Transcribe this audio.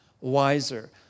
wiser